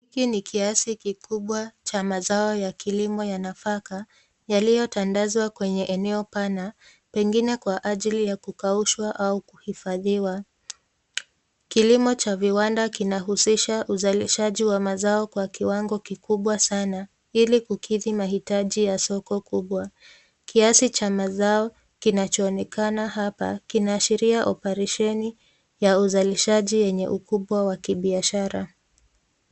Hii ni kiasi kikubwa cha mazao ya kilimo ya nafaka yaliyotandazwa kwenye eneo pana pengine kwa ajili ya kukaushwa au kuhifadhiwa. Kilimo cha viwanda kinahusisha uzalishaji wa mazao kwa kiwango kikubwa sana ili kukidhi mahitaji ya soko kubwa. Kiasi cha mazao kinachoonekana hapa kinaashiria operesheni ya uzalishaji yenye ukubwa wa kibiashara.